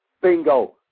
Bingo